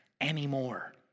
anymore